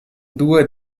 due